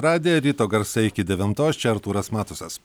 radiją ryto garsai iki devintos čia artūras matusas